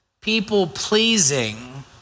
People-pleasing